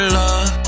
love